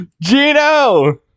Gino